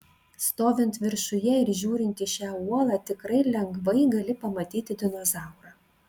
stovint viršuje ir žiūrint į šią uolą tikrai lengvai gali pamatyti dinozaurą